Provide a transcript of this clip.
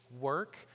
work